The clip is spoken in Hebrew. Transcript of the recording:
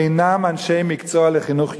אינם אנשי מקצוע לחינוך יהודי.